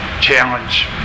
challenge